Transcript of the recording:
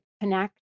connect